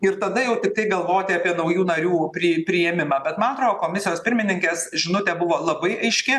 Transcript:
ir tada jau tiktai galvoti apie naujų narių pri priėmimą bet man atrodo komisijos pirmininkės žinutė buvo labai aiški